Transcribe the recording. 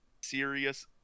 serious